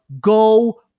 go